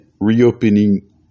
reopening